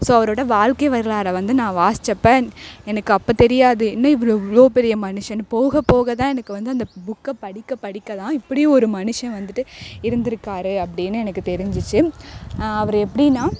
so அவரோடய வாழ்க்கை வரலாறை வந்து நான் வாசிச்சப்போ எனக்கு அப்போ தெரியாது என்ன இவர் இவ்வளோ பெரிய மனுஷன்னு போகப்போக தான் எனக்கு வந்த அந்த புக்கை படிக்க படிக்க தான் இப்படி ஒரு மனுஷன் வந்துட்டு இருந்துருக்கார் அப்படின்னு எனக்கு தெரிஞ்சிச்சு அவரு எப்படின்னா